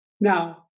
Now